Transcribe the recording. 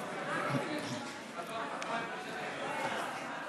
חבר הכנסת מיכאל מלכיאלי,